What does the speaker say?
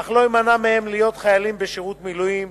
אך לא יימנע מהם להיות חיילים בשירות מילואים,